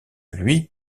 lui